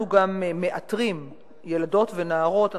אנחנו גם מאתרים ילדות ונערות,